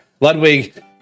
ludwig